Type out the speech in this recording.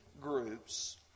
groups